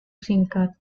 singkat